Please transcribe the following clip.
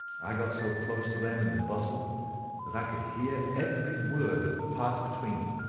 i got so close to them in the bustle that i could hear every word that passed between them.